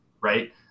right